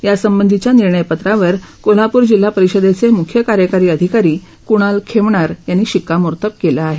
यासंबंधीच्या निर्णयपत्रावर कोल्हापूर जिल्हा परिषदेचे मुख्य कार्यकारी अधिकारी कुणाल खेमणार यांनी शिक्कामोर्तब केलं आहे